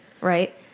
Right